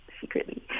secretly